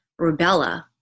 rubella